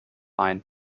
ein